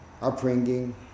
upbringing